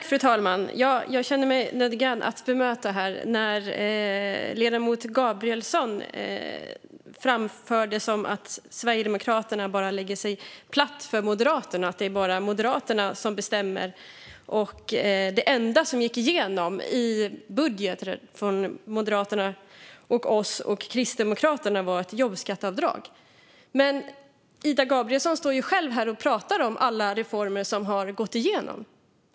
Fru talman! Jag känner mig nödgad att bemöta ledamoten Gabrielsson när hon framför det som att Sverigedemokraterna bara lägger sig platt för Moderaterna och att det bara är Moderaterna som bestämmer. Det enda som gick igenom från budgeten från Moderaterna, oss och Kristdemokraterna menade hon var ett jobbskatteavdrag. Men Ida Gabrielsson står ju själv här och pratar om alla reformer som har gått igenom!